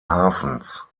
hafens